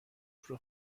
سفره